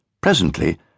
Presently